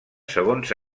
segons